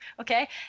Okay